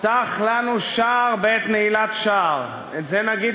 "פתח לנו שער בעת נעילת שער" את זה נגיד